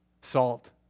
Salt